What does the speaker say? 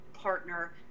partner